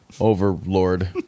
Overlord